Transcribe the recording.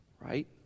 right